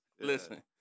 Listen